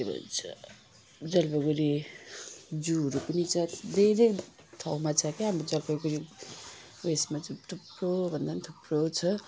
के भन्छ जलपाइगुडी जूहरू पनि छ धेरै ठाउँमा छ के हाम्रो जलपाइगुडी उयसमा चाहिँ थुप्रो भन्दा नि थुप्रो छ